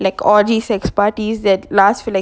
like orgies sex parties that last for like